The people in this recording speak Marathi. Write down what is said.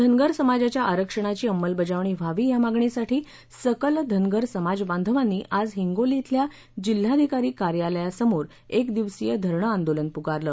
धनगर समाजाध्या आरक्षणाची अंमलबजावणी व्हावी या मागणीसाठी सकल धनगर समाजबांधवांनी आज हिंगोली इथल्या जिल्हाधिकारी कार्यालयासमोर एकदिवसीय धरणं आंदोलन पुकारलं